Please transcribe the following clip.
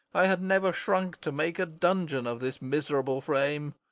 i had never shrunk to make a dungeon of this miserable frame,